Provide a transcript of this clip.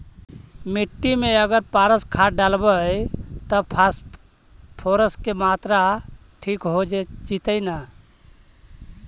मिट्टी में अगर पारस खाद डालबै त फास्फोरस के माऋआ ठिक हो जितै न?